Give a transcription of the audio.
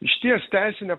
išties teisinė